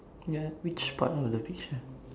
ya which part of the picture